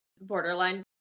borderline